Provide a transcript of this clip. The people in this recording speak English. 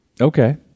Okay